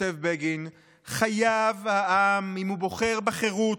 כותב בגין, "חייב העם, אם הוא בוחר בחירות,